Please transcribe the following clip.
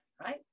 right